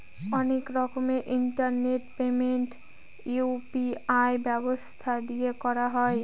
অনেক রকমের internet payment UPI ব্যবস্থা দিয়ে করা হয়